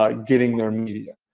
um getting their medium?